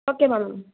okay ma'am